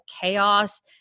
chaos